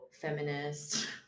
feminist